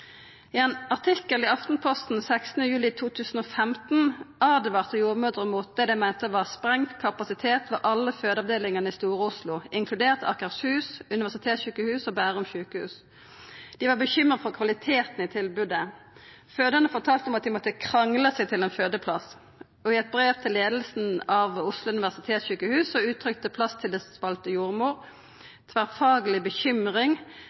I ein artikkel i Aftenposten 15. juli 2015 åtvara jordmødrer mot det dei meinte var sprengd kapasitet ved alle fødeavdelingane i Stor-Oslo, inkludert Akershus universitetssjukehus og Bærum sjukehus. Dei var bekymra for kvaliteten i tilbodet. Fødande fortalde om at dei måtte krangla seg til ein fødeplass. I eit brev til leiinga ved Oslo universitetssjukehus uttrykte plasstillitsvald jordmor at det var tverrfagleg bekymring